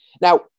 Now